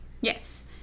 Yes